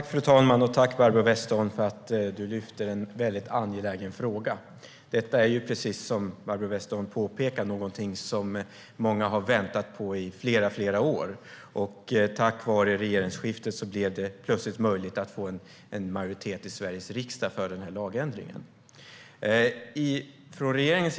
Fru talman! Tack, Barbro Westerholm, för att du lyfter en mycket angelägen fråga! Detta är, precis som Barbro Westerholm påpekar, någonting som många har väntat på i flera år. Tack vare regeringsskiftet blev det plötsligt möjligt att få en majoritet i Sveriges riksdag för den här lagändringen.